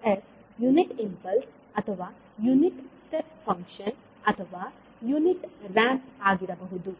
ಈ X unit impulse ಅಥವಾ unit step function ಅಥವಾ ಯುನಿಟ್ ರಾಂಪ್ ಆಗಿರಬಹುದು